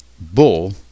Bull